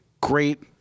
great